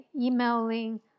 emailing